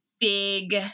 big